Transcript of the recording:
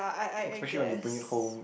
especially when you bring it home